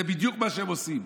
זה בדיוק מה שהם עושים.